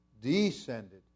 descended